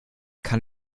kann